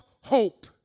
hope